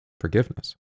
forgiveness